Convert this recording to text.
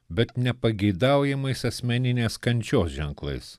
bet nepageidaujamais asmeninės kančios ženklais